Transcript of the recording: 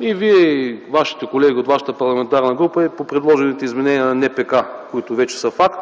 и Вие, и вашите колеги от вашата парламентарна група и по предложените изменения на НПК, които вече са факт.